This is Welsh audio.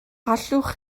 allwch